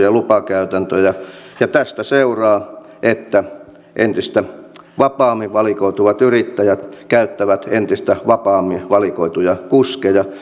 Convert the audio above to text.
ja lupakäytäntöjä ja tästä seuraa että entistä vapaammin valikoituvat yrittäjät käyttävät entistä vapaammin valikoituja kuskeja